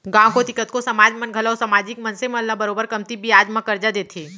गॉंव कोती कतको समाज मन घलौ समाजिक मनसे मन ल बरोबर कमती बियाज म करजा देथे